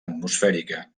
atmosfèrica